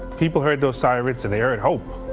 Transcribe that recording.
people heard those sirens and they heard hope.